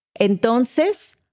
Entonces